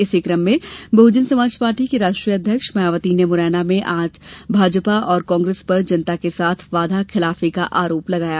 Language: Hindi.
इसी कम में बहजन समाज पार्टी की राष्ट्रीय अध्यक्ष मायावती ने मुरैना में आज भाजपा और कांग्रेस पर जनता के साथ वादा खिलाफी का आरोप लगाया